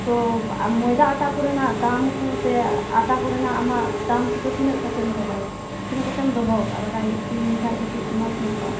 ᱛᱚ ᱢᱚᱭᱫᱟ ᱟᱴᱟ ᱠᱚᱨᱮᱱᱟᱜ ᱫᱟᱢ ᱠᱚ ᱥᱮ ᱟᱴᱟ ᱠᱚᱨᱮᱱᱟᱜ ᱟᱢᱟᱜ ᱫᱟᱢ ᱠᱚᱫᱚ ᱛᱤᱱᱟᱹᱜ ᱠᱟᱛᱮᱫ ᱮᱢ ᱫᱚᱦᱚᱭᱮᱫᱟ ᱛᱤᱱᱟᱹᱜ ᱠᱟᱛᱮᱢ ᱫᱚᱦᱚᱣ ᱠᱟᱜᱼᱟ ᱵᱟᱰᱟᱭ ᱚᱪᱚᱭᱤᱧ ᱠᱷᱟᱱ ᱠᱟᱹᱴᱤᱡ ᱢᱚᱡᱽ ᱧᱚᱜ ᱠᱚᱜᱼᱟ